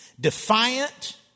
Defiant